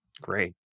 Great